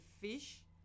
fish